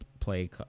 play